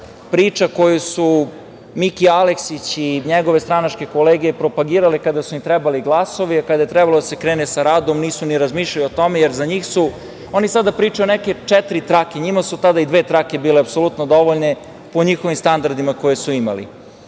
Priča koju su Miki Aleksić i njegove stranačke kolege propagirale kada su im trebali glasovi, a kada je trebalo da se krene sa radom nisu ni razmišljali o tome. Oni sada pričaju o neke četiri trake, a njima su tada i dve trake bile apsolutno dovoljne po standardima koje su